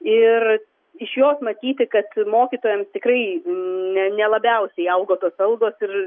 ir iš jos matyti kad mokytojams tikrai ne ne labiausiai augo tos algos ir